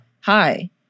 Hi